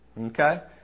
Okay